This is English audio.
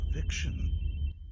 fiction